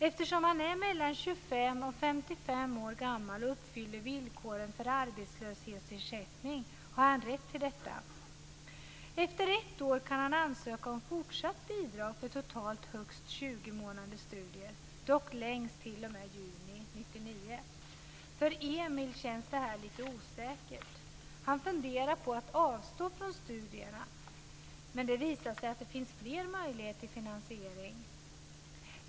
Eftersom han är mellan 25 och 55 år gammal och uppfyller villkoren för arbetslöshetsersättning har han rätt till detta. Efter ett år kan han ansöka om fortsatt bidrag för totalt högst För Emil känns det här lite osäkert. Han funderar på att avstå från studierna, men det visar sig att det finns fler möjligheter till finansiering.